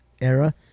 era